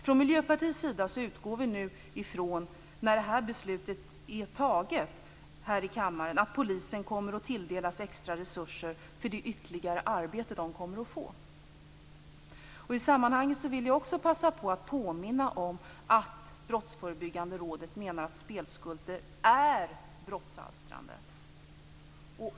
Från Miljöpartiets sida utgår vi nu från att polisen, när detta beslut är fattat här i kammaren, kommer att tilldelas extra resurser för det ytterligare arbete som de kommer att få. I sammanhanget vill jag också passa på att påminna om att Brottsförebyggandet rådet menar att spelskulder är brottsalstrande.